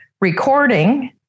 recording